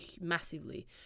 massively